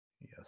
Yes